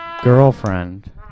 girlfriend